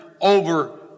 over